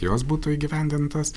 jos būtų įgyvendintos